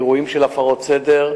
אירועים של הפרות סדר,